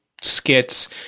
skits